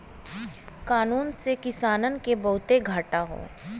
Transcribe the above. कानून से किसानन के बहुते घाटा हौ